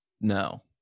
No